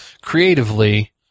Creatively